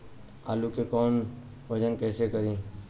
आलू के वजन कैसे करी?